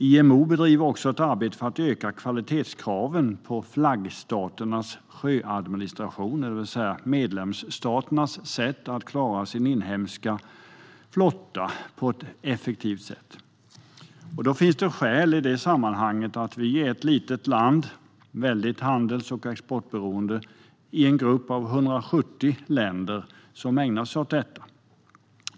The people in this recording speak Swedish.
IMO bedriver också ett arbete för att öka kvalitetskraven på flaggstaternas sjöadministration, det vill säga medlemsstaternas sätt att klara sin inhemska flotta på ett effektivt sätt. Sverige är ett litet handels och exportberoende land i en grupp av 170 länder som ägnar sig åt detta.